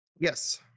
Yes